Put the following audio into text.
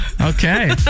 Okay